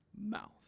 mouth